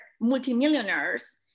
multimillionaires